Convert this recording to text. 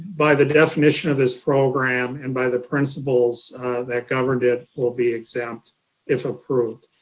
by the definition of this program and by the principles that govern it will be exempt if approved,